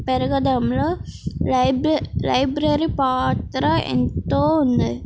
పెరగడంలో library పాత్ర ఎంతో ఉంది